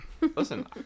Listen